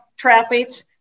triathletes